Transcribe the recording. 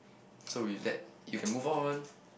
so with that you can move on